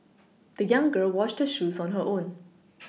the young girl washed her shoes on her own